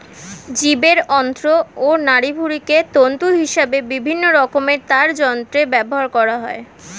জীবের অন্ত্র ও নাড়িভুঁড়িকে তন্তু হিসেবে বিভিন্ন রকমের তারযন্ত্রে ব্যবহার করা হয়